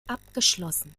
abgeschlossen